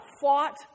fought